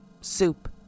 soup